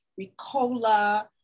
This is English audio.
Ricola